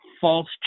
false